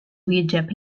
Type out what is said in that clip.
wieġeb